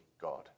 God